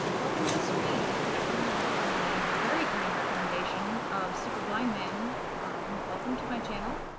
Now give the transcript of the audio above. welcome to the stream! if you're coming over from the very kind recommendation of superblindman, welcome to my channel!